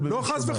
תשובות?